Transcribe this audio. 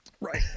Right